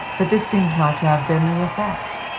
but this seems not to have been the effect.